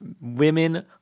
women